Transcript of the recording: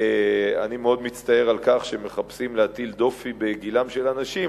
אני מאוד מצטער על כך שמחפשים להטיל דופי בגילם של אנשים.